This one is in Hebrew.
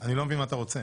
אני לא מבין מה אתה רוצה.